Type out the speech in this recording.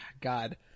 God